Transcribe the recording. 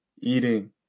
eating